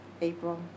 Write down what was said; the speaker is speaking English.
April